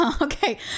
Okay